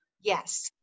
Yes